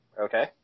Okay